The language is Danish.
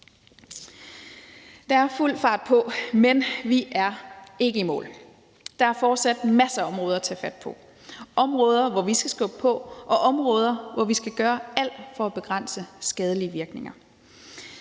Der er fuld fart på, men vi er ikke i mål. Der er fortsat masser af områder at tage fat på, områder, hvor vi skal skubbe på, og områder, hvor vi skal gøre alt for at begrænse skadelige virkninger.